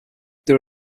were